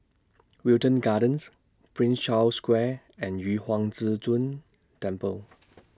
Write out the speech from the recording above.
Wilton Gardens Prince Charles Square and Yu Huang Zhi Zun Temple